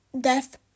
death